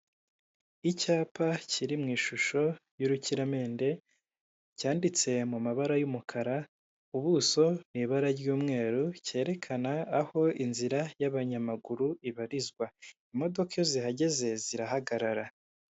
Icyapa kiri mu ishisho y'urukiramende, cyandite mu mabara y'umukara, ubuso n'ibara ry'umweru cyerekan aho inzira yabanyamaguru ibarizwa. Imodoka iyo zihageze zirahagarara.